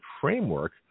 framework